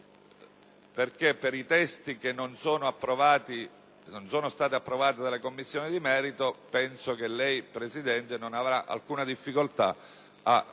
Se per i testi che non sono stati approvati dalle Commissioni di merito, penso che lei, signora Presidente, non avrà alcuna difficoltà ad effettuare